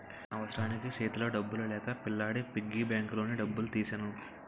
అవసరానికి సేతిలో డబ్బులు లేక పిల్లాడి పిగ్గీ బ్యాంకులోని డబ్బులు తీసెను